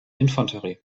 infanterie